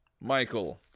Michael